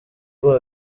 boo